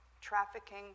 trafficking